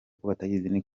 polisi